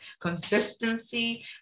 consistency